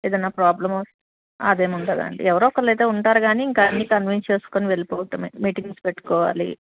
ఏదైనా ప్రాబ్లెమ్ వస్ అదేముండదండి ఎవరో ఒకళ్ళైతే ఉంటారు కానీ ఇంక అన్నీ కన్వీన్స్ చేసుకుని వెళ్ళిపోవటమే మీటింగ్స్ పెట్టుకోవాలి